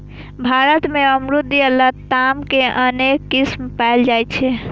भारत मे अमरूद या लताम के अनेक किस्म पाएल जाइ छै